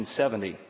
1970